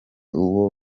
uwo